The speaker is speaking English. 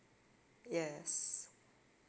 yes